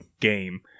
game